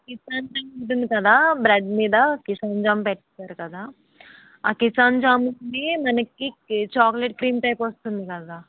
Kisan jam ఉంటుంది కదా bread మీద కిసాన్ జామ్ పెడతారు కదా ఆ కిసాన్ జాంని మనకి చాక్లెట్ క్రీమ్ టైపు వస్తుంది కదా